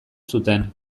zuten